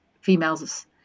females